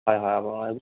হয় হয় ভৰাব লাগিব